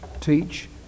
teach